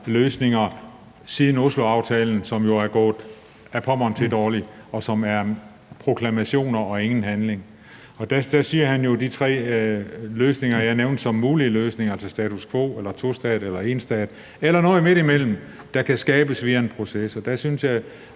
løsninger siden Osloaftalen, som jo er gået ad Pommern til dårligt, og som er proklamationer og ingen handling. Der taler han jo om de tre løsninger, som jeg nævnte som mulige løsninger til status quo – en tostatsløsning, en enstatsløsning eller noget midt imellem, der kan skabes via en proces. Og der synes jeg,